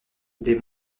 des